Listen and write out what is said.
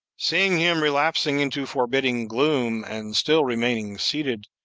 seeing him relapsing into forbidding gloom, and still remaining seated,